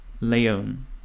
leon